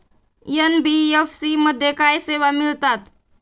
NBFC मध्ये काय सेवा मिळतात?